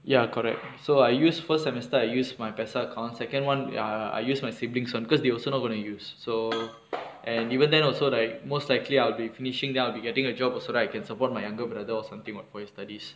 ya correct so I use first semester I use my P_E_S_A account second [one] ah I use my siblings [one] because they also not going to use so and even then also like most likely I'll be finishing then I will be getting a job also right then I can support my younger brother or something [what] for his studies